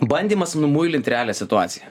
bandymas numuilint realią situaciją